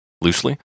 loosely